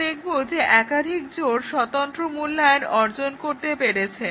আমরা দেখব যে একাধিক জোড় স্বতন্ত্র মূল্যায়ন অর্জন করতে পেরেছে